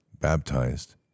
baptized